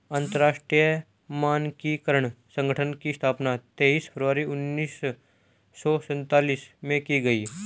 अंतरराष्ट्रीय मानकीकरण संगठन की स्थापना तेईस फरवरी उन्नीस सौ सेंतालीस में की गई